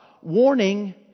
warning